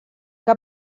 que